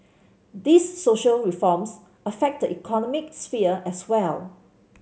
these social reforms affect the economic sphere as well